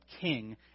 king